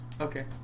Okay